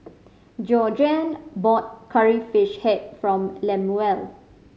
Georgeann bought Curry Fish Head from Lemuel